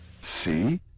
See